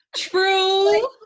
true